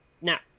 now